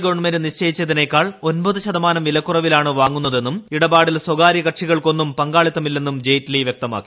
government നിശ്ചയിച്ചതിനേക്കാൾ ഒമ്പത് ശതമാനം വിലക്കുറവിലാണ് വാങ്ങുന്നതെന്നും ഇടപാടിൽ സ്വകാര്യ കക്ഷികൾക്കൊന്നും പങ്കാളിത്തം ഇല്ലെന്നും ജയ്റ്റലി വ്യക്തമാക്കി